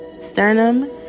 sternum